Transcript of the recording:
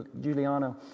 Giuliano